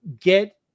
get